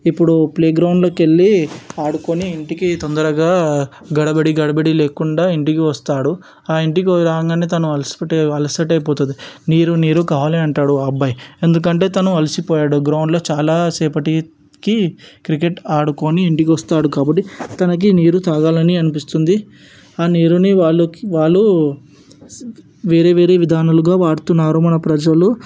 ఇప్పుడు ప్లే గ్రౌండ్లోకి వెళ్లి ఆడుకొని ఇంటికి తొందరగా గడబడి గడబడి లేకుండా ఇంటికి వస్తాడు ఆ ఇంటికి రాగానే తను అలసటాయి అలసట అయిపోతుంది నీరు నీరు కావాలి అంటాడు ఆ అబ్బాయి ఎందుకంటే తను అలిసిపోయాడు గ్రౌండ్లో చాలాసేపటికి నుంచి క్రికెట్ ఆడుకొని ఇంటికి వస్తాడు కాబట్టి తనకి నీరు తాగాలని అనిపిస్తుంది ఆ నీరుని వాళ్లకి వాళ్ళు వేరే వేరే విధాలుగా వాడుతున్నారు మన ప్రజలు